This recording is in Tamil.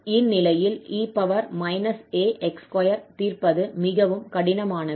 இந்நிலையில் e ax2 தீர்ப்பது மிகவும் கடினமானவை